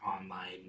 online